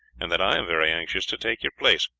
and that i am very anxious to take your place.